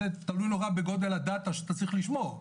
זה תלוי נורא בגודל DATA שאתה צריך לשמור,